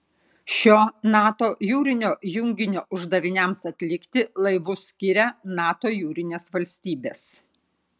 šio nato jūrinio junginio uždaviniams atlikti laivus skiria nato jūrinės valstybės